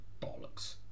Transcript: bollocks